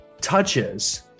touches